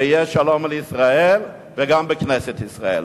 ויהיה שלום על ישראל וגם בכנסת ישראל.